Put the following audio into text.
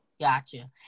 gotcha